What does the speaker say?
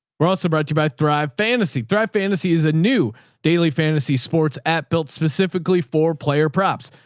we're also brought to you by thrive. fantasy thrive. fantasy is a new daily fantasy sports app built specifically for player props.